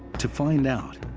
to find out,